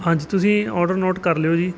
ਹਾਂਜੀ ਤੁਸੀਂ order note ਕਰ ਲਿਓ ਜੀ